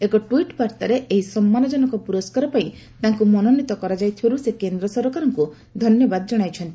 ଏକ ଟ୍ୱିଟ୍ ବାର୍ତ୍ତାରେ ଏହି ସମ୍ମାନଜନକ ପୁରସ୍କାର ପାଇଁ ତାଙ୍କୁ ମନୋନୀତ କରାଯାଇଥିବାରୁ ସେ କେନ୍ଦ୍ର ସରକାରଙ୍କୁ ଧନ୍ୟବାଦ ଜଣାଇଛନ୍ତି